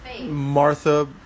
Martha